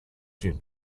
june